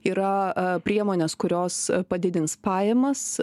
yra priemonės kurios padidins pajamas